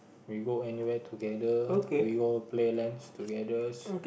we go anywhere together we go play Lan together